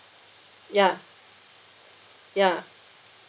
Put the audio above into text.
ya ya